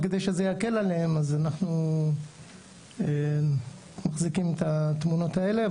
כדי שזה יקל עליהם אנחנו מחזיקים את התמונות האלה,